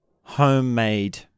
homemade